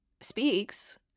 speaks